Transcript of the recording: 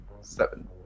seven